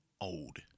old